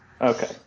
Okay